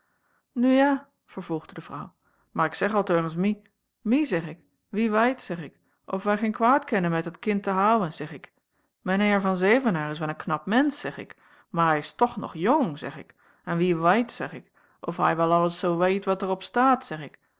nu ja vervolgde de vrouw maar ik zeg al teugens mie mie zeg ik wie weit zeg ik of wai geen kwaad kennen met dat kind te houen zeg ik men heir van zevenaer is wel een knap mensch zeg ik maar hai is toch nog jong zeg ik en wie wait zeg ik of hai wel alles zoo weit wat er op staat zeg ik